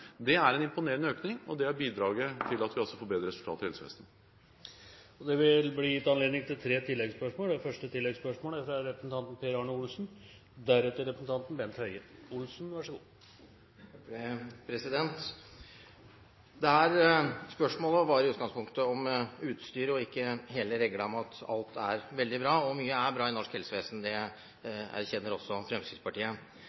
Det er en imponerende økning, og det bidrar til at vi får bedre resultater i helsevesenet. Det blir gitt anledning til tre oppfølgingsspørsmål – først Per Arne Olsen. Spørsmålet var i utgangspunktet om utstyr, og ikke hele regla om at alt er veldig bra. Mye er veldig bra i norsk helsevesen – det